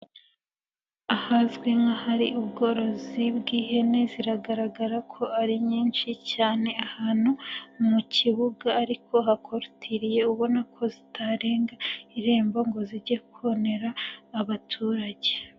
Ahazwi nk'ahari ubworozi bw'ihene ziragaragara ko ari nyinshi cyane, ahantu mu kibuga ariko hakorotiriye ubona ko zitarenga irembo ngo zijye konera abaturage.